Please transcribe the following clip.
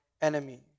enemy